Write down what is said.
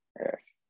Yes